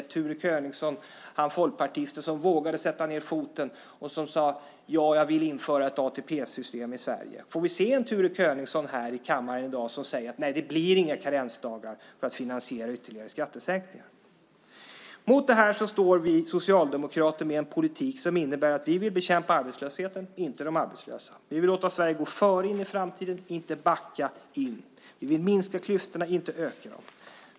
Ture Königson var folkpartisten som vågade sätta ned foten och som sade: Ja, jag vill införa ett ATP-system i Sverige. Får vi se en Ture Königson här i kammaren i dag som säger: Nej, det blir inga karensdagar för att finansiera ytterligare skattesänkningar? Mot detta står vi socialdemokrater med en politik som innebär att vi vill bekämpa arbetslösheten, inte de arbetslösa. Vi vill låta Sverige gå före in i framtiden, inte backa in. Vi vill minska klyftorna, inte öka dem.